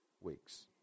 weeks